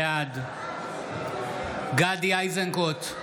בעד גדי איזנקוט,